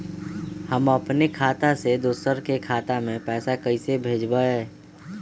हम अपने खाता से दोसर के खाता में पैसा कइसे भेजबै?